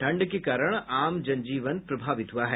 ठंड के कारण आम जन जीवन प्रभावित हुआ है